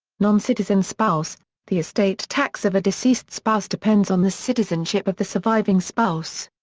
noncitizen spouse the estate tax of a deceased spouse depends on the citizenship of the surviving spouse.